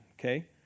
okay